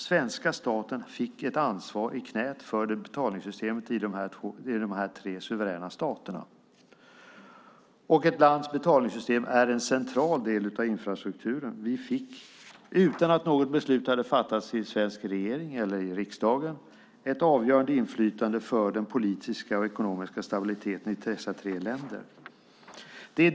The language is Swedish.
Svenska staten fick alltså ett ansvar i knäet för betalningssystemet i de här tre suveräna staterna. Ett lands betalningssystem är en central del av infrastrukturen. Vi fick, utan att något beslut hade fattats i regeringen eller riksdagen, ett avgörande inflytande över den politiska och ekonomiska stabiliteten i dessa tre länder.